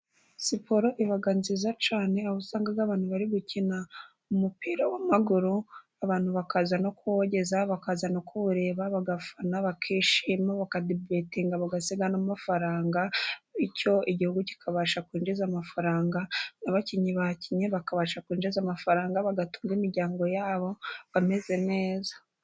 Siporo iba nziza cyane, aho usanga abantu bari gukina umupira w'amaguru, abantu bakaza no kuwogeza, bakaza no kuwureba bagafana, bakishima, bakabetinga bagasiga amafaranga, bityo igihugu kikabasha kwinjiza amafaranga, n'abakinnyi bakinnye bakabasha kwinjiza amafaranga, bagatunga imiryango yabo bameze neza.